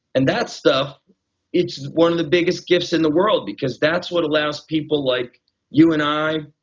and that stuff it's one of the biggest gifts in the world because that's what allows people like you and i,